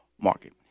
market